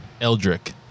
Eldrick